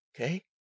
Okay